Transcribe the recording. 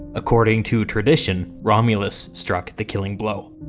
according to tradition, romulus struck the killing blow.